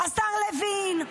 השר לוין,